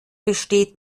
besteht